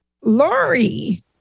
Lori